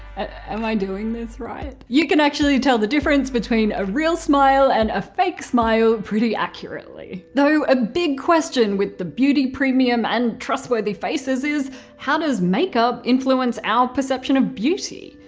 am i doing this right? you can actually tell the difference between a real smile and a fake smile pretty accurately. though a big question with the beauty premium and trustworthy faces is how does makeup influence our perception of beauty?